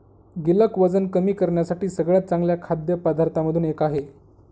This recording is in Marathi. गिलक वजन कमी करण्यासाठी सगळ्यात चांगल्या खाद्य पदार्थांमधून एक आहे